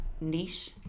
niche